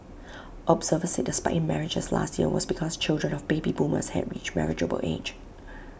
observers said the spike in marriages last year was because children of baby boomers had reached marriageable age